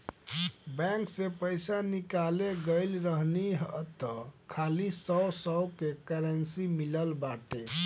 bank से पईसा निकाले गईल रहनी हअ तअ खाली सौ सौ के करेंसी मिलल बाटे